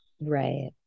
Right